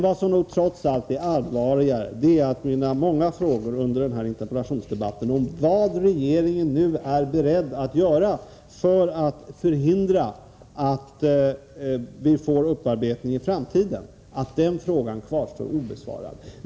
Vad som trots allt är allvarligare är att mina många frågor under den här interpellationsdebatten om vad regeringen nu är beredd att göra för att förhindra att vi i framtiden får upparbetning kvarstår obesvarade.